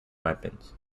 weapons